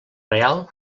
real